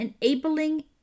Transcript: enabling